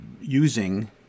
using